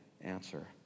answer